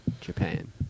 Japan